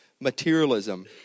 materialism